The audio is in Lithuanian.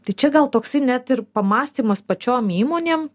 tai čia gal toksai net ir pamąstymas pačiom įmonėm